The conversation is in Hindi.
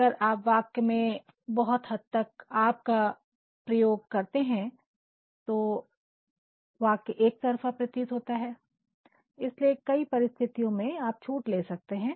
अगर आप वाक्य में बहुत हद तक 'आप' का प्रयोग करते हैं तो वाक्य एकतरफा प्रतीत होता है इसलिए कई परिस्थितियों में आप छूट ले सकते हैं